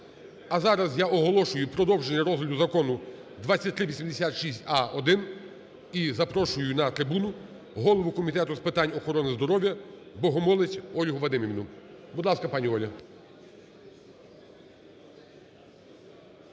А зараз я оголошую продовження розгляду Закону 2386а-1. І запрошую на трибуну голову Комітету з питань охорони здоров'я Богомолець Ольгу Вадимівну. Будь ласка, пані Оля.